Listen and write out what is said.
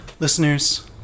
Listeners